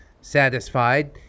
Satisfied